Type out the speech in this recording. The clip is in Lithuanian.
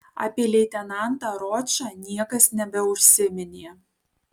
apie leitenantą ročą niekas nebeužsiminė